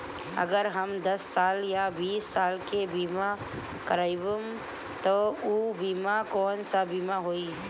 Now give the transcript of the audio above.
अगर हम दस साल या बिस साल के बिमा करबइम त ऊ बिमा कौन सा बिमा होई?